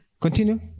continue